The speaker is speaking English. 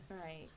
Right